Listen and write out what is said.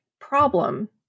problem